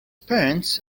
parents